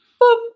boom